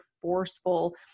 forceful